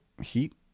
Heat